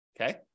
Okay